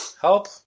Help